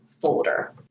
folder